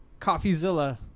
Coffeezilla